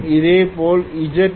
இதேபோல் ZscX1X2l